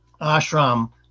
ashram